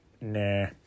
nah